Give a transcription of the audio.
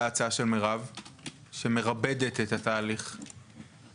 אשמח שתבדוק ותשלח לנו את עמדתכם.